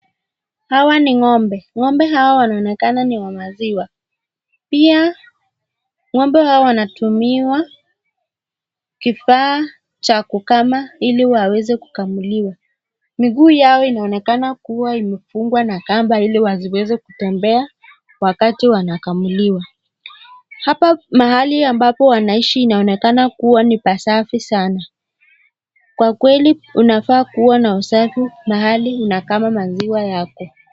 Hawa ni ng'ombe, ng'ombe hawa wanonekana ni wa maziwa, pia ng'ombe hawa wanatumiwa kifaa cha kukama ili waweza kukamuliwa. Miguu yao inaonekana kuwa imefungwa na kamba ili wasiweze kutembea wakati wanakamuliwa. Hapa mahali ambapo wanaishi inaonekana kuwa ni pasafi sana kwa kweli unafaa kuwa na usafi mahali unakama maziwa yako.